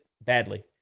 Badly